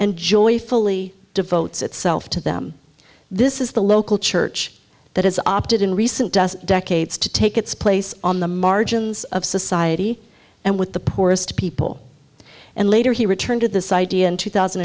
and joyfully devotes itself to them this is the local church that has opted in recent decades to take its place on the margins of society and with the poorest people and later he returned to this idea in two thousand